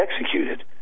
executed